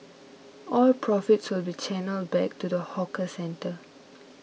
all profits will be channelled back to the hawker centre